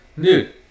dude